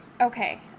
Okay